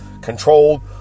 controlled